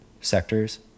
sectors